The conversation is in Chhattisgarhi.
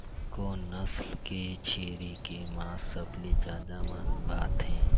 कोन नस्ल के छेरी के मांस सबले ज्यादा मन भाथे?